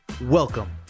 Welcome